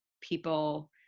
people